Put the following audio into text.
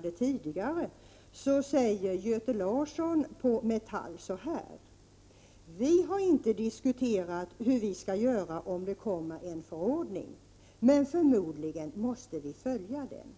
refererat säger Göte Larsson på Metall så här: ”Vi har inte diskuterat hur vi skall göra om det kommer en förordning men förmodligen måste vi följa den”.